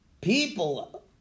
People